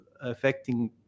affecting